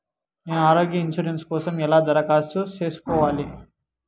నేను ఆరోగ్య ఇన్సూరెన్సు కోసం ఎలా దరఖాస్తు సేసుకోవాలి